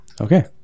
Okay